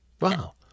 Wow